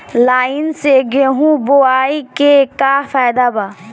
Line से गेहूं बोआई के का फायदा बा?